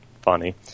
funny